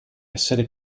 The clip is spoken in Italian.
essere